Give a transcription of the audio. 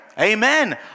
Amen